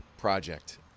project